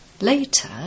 Later